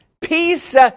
Peace